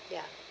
ya